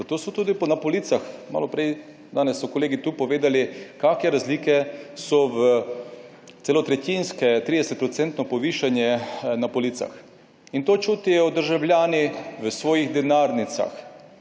Zato so tudi na policah, malo prej, danes so kolegi tu povedali, kakšne razlike so v, celo tretjinske, 30 % povišanje na policah. In to čutijo državljani v svojih denarnicah.